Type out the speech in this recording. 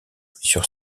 sur